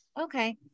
okay